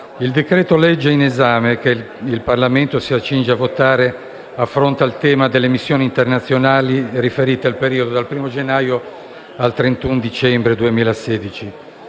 il decreto‑legge in esame, che il Parlamento si accinge a convertire, affronta il tema delle missioni internazionali riferite al periodo compreso tra il 1° gennaio e il 31 dicembre 2016.